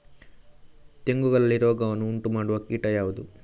ತೆಂಗುಗಳಲ್ಲಿ ರೋಗವನ್ನು ಉಂಟುಮಾಡುವ ಕೀಟ ಯಾವುದು?